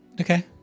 Okay